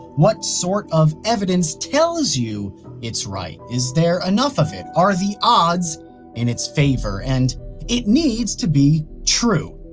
what sort of evidence tells you it's right? is there enough of it? are the odds in its favor? and it needs to be true.